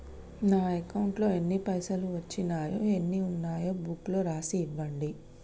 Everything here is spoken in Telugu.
నా అకౌంట్లో ఎన్ని పైసలు వచ్చినాయో ఎన్ని ఉన్నాయో బుక్ లో రాసి ఇవ్వండి?